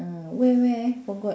uh where where forgot